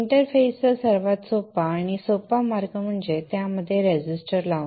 इंटरफेसचा सर्वात सोपा आणि सोपा मार्ग म्हणजे त्यामध्ये रेझिस्टर लावणे